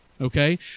okay